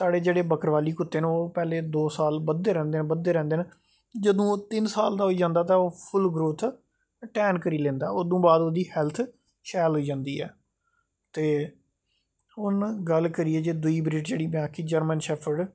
साढ़े जेह्ड़े बक्करबाली कुत्ते न ओह् दो साल पैह्लैं बधदे रौंह्दे न जदूं तिन्न साल दीा होई जंदा तां फिर टैल करी जंदा फिर ओह्दी हैल्थ शैल होई जंदी ऐ ते गल्ल करिये हून जे दुई ब्रीड़ दी जो जर्मन शैफड़ ऐ